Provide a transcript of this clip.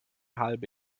halbe